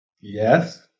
Yes